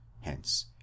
Hence